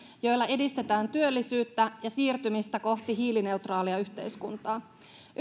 joilla edistetään työllisyyttä ja siirtymistä kohti hiilineutraalia yhteiskuntaa